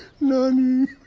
naani.